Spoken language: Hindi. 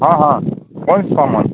हाँ हाँ कौन सामान